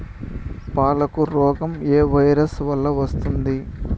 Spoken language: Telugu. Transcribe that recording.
పాలకు రోగం ఏ వైరస్ వల్ల వస్తుంది?